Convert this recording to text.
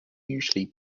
usually